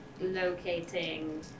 Locating